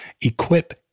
Equip